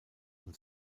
und